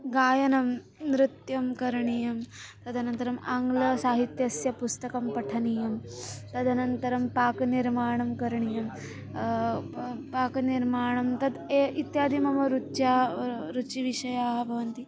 गायनं नृत्यं करणीयं तदनन्तरम् आङ्ग्लसाहित्यस्य पुस्तकं पठनीयं तदनन्तरं पाकनिर्माणं करणीयं पाकनिर्माणं तत् ए इत्यादि मम रुच्याः रुचिविषयाः भवन्ति